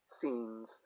scenes